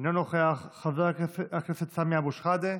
אינו נוכח, חבר הכנסת סמי אבו שחאדה,